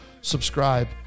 subscribe